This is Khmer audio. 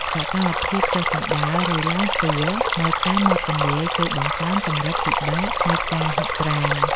សកម្មភាពចុះជណ្ដើរ ឬឡើងទួលនៅតាមមាត់ទន្លេ ជួយបង្កើនកម្រិតពិបាកនៃការហាត់ប្រាណ។